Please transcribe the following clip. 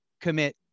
commit